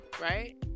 right